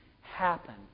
happen